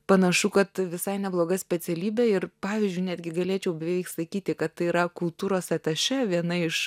panašu kad visai nebloga specialybė ir pavyzdžiui netgi galėčiau beveik sakyti kad tai yra kultūros atašė viena iš